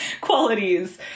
qualities